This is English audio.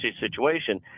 situation